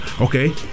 okay